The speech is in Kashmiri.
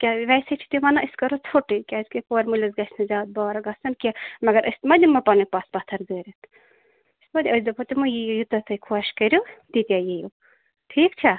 کیٛازِ ویسے چھِ تِم وَنان أسۍ کَرو ژھوٚٹٕے کیٛازِ کورِ مٲلِس گَژھہِ نہٕ زیادٕ بار گژھُن کیٚنٛہہ مگر أسۍ ما دِمو پَننۍ پٔژھۍ پَتھر دٲرِتھۍ یِتھ پٲٹھۍ أسۍ دَپوٚو تِمَن ییو ییٖتیٛاہ تۄہہِ خۄش کٔرِو تیٖتیٛاہ یِیِو ٹھیٖک چھا